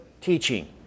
teaching